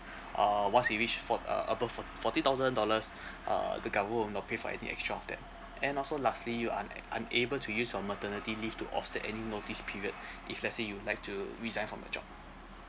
uh once we reach four uh above four fourteen thousand dollars uh the government will not pay for any extra of that and also lastly you un~ unable to use your maternity leave to offset any notice period if let's say you'd like to resign from your job